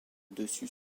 dessus